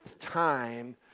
time